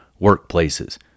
workplaces